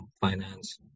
finance